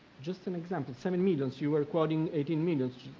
just an example, seven millions. you were quoting eighteen millions,